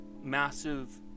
massive